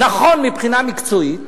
נכון מבחינה מקצועית,